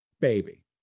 Baby